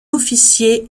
officier